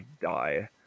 die